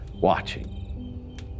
watching